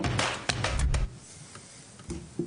(הקרנת סרטון)